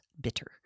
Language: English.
bitter